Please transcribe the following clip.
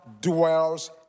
dwells